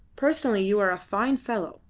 personally you are a fine fellow,